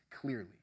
clearly